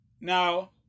Now